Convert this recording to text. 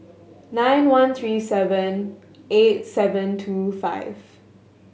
nine one three seven eight seven two five